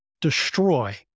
destroy